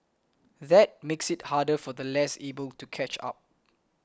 that makes it harder for the less able to catch up